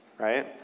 right